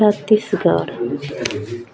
Chhattisgarh